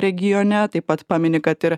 regione taip pat pamini kad ir